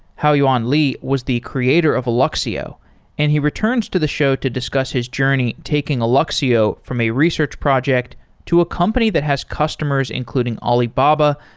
haoyuan li was the creator of alluxio and he returns to the show to discuss his journey taking alluxio from a research project to a company that has customers, including alibaba,